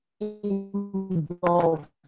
involved